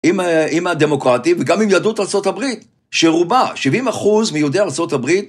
עם הדמוקרטי, וגם עם יהדות ארה״ב, שרובה, 70 אחוז מיהודי ארה״ב,